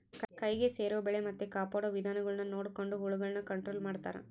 ಕೈಗೆ ಸೇರೊ ಬೆಳೆ ಮತ್ತೆ ಕಾಪಾಡೊ ವಿಧಾನಗುಳ್ನ ನೊಡಕೊಂಡು ಹುಳಗುಳ್ನ ಕಂಟ್ರೊಲು ಮಾಡ್ತಾರಾ